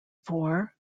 four